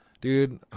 dude